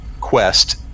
quest